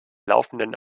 laufenden